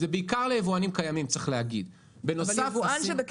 צריך להגיד שזה בעיקר ליבואנים קיימים.